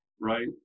Right